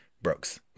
Brooks